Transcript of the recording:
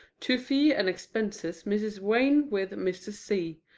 to fee and expenses mrs. vane with mr. c,